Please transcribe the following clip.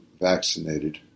vaccinated